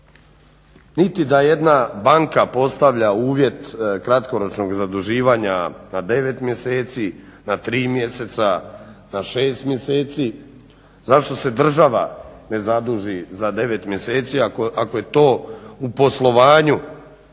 niti da jedna banka postavlja uvjet kratkoročnog zaduživanja na 9 mjeseci, na 3 mjeseca, na 6 mjeseci. Zašto se država ne zaduži za 9 mjeseci ako je to u poslovanju,